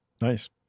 nice